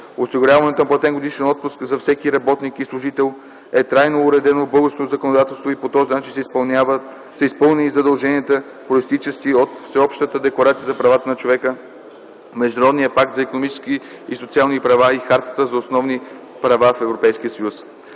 Осигуряването на платен годишен отпуск за всеки работник и служител е трайно уредено в българското законодателство и по този начин са изпълнени задълженията, произтичащи от Всеобщата декларация за правата на човека, Международния пакт за икономически и социални права и Хартата за основните права в Европейския съюз.